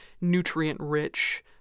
nutrient-rich